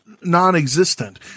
non-existent